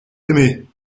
aimé